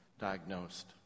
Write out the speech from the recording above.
diagnosed